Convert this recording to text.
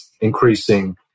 increasing